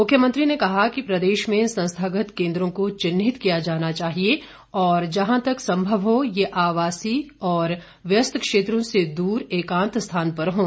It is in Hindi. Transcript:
मुख्यमंत्री ने कहा कि प्रदेश में संस्थागत केंद्रों को चिन्हित किया जाना चाहिए और जहां तक संभव हो यह आवासी और व्यस्त क्षेत्रों से दूर एकांत स्थान पर हों